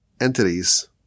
entities